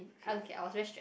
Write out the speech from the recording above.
okay I was very stressed